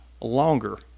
longer